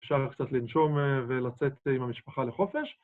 אפשר היה קצת לנשום ולצאת עם המשפחה לחופש.